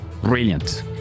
Brilliant